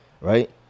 right